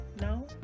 now